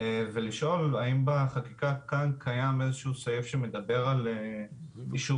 ולשאול האם בחקיקה כאן קיים איזשהו סעיף שמדבר על אישור